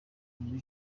muri